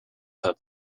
her